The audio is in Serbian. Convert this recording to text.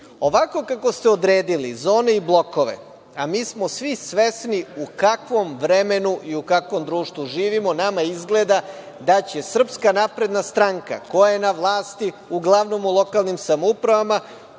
Ovako kako ste odredili zone i blokove, a mi smo svi svesni u kakvom vremenu i u kakvom društvu živimo. Namaizgleda da će SNS koja je na vlasti uglavnom u lokalnim samoupravama,